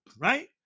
right